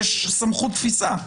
יש סמכות תפיסה.